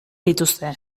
dituzte